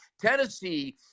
tennessee